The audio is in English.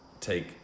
take